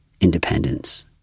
independence